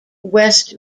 west